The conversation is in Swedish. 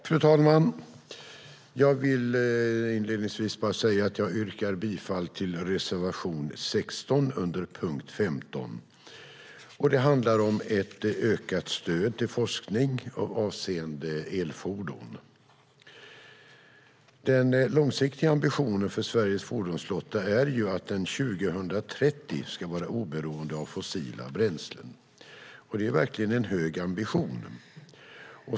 Fru talman! Jag yrkar inledningsvis bifall till reservation 16 under punkt 15. Det handlar om ökat stöd till forskning avseende elfordon. Den långsiktiga ambitionen för Sveriges fordonsflotta är att den 2030 ska vara oberoende av fossila bränslen, och det är verkligen en hög ambition.